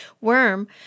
Worm